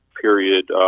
period